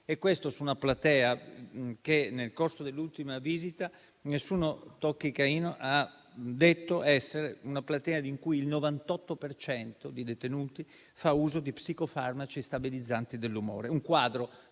questo su una platea che, nel corso dell'ultima visita, «Nessuno tocchi Caino» ha detto essere una platea in cui il 98 per cento dei detenuti fa uso di psicofarmaci e stabilizzanti dell'umore. È un quadro